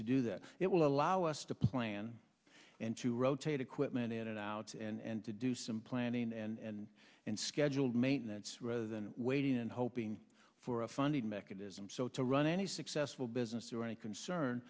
to do that it will allow us to plan and to rotate equipment and it out and to do some planning and in scheduled maintenance rather than waiting and hoping for a funding mechanism so to run any successful business or any concern